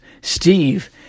Steve